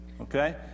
okay